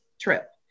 trip